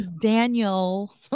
Daniel